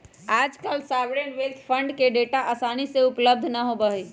आजकल sovereign wealth fund के data आसानी से उपलब्ध ना होबा हई